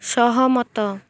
ସହମତ